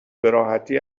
براحتی